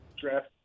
draft